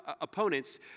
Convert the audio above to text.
opponents